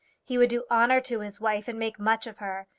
he would do honour to his wife, and make much of her.